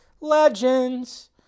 legends